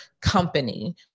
company